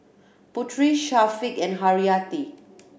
Putri Syafiq and Haryati